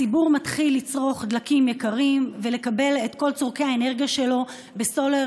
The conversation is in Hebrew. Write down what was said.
הציבור מתחיל לצרוך דלקים יקרים ולקבל את כל צורכי האנרגיה שלו בסולר,